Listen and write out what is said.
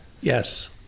yes